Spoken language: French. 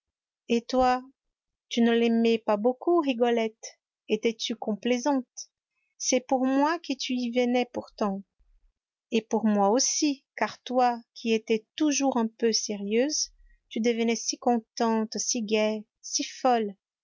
et toi tu ne l'aimais pas beaucoup rigolette étais-tu complaisante c'est pour moi que tu y venais pourtant et pour moi aussi car toi qui étais toujours un peu sérieuse tu devenais si contente si gaie si folle